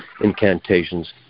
incantations